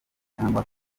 cyangwa